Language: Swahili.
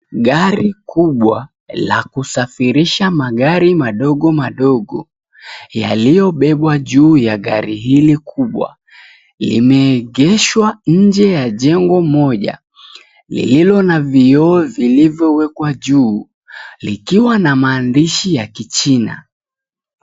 Gari kubwa la kusafirisha magari madogo madogo, yaliyobebwa juu ya gari hili kubwa, limeegeshwa nje ya jengo moja, lililo na vioo vilivyowekwa juu likiwa na maandishi ya kichina.